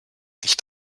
nicht